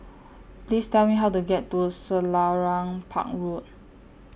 Please Tell Me How to get to Selarang Park Road